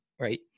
right